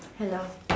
hello